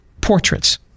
portraits